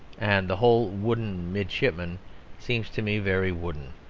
and the whole wooden midshipman seems to me very wooden.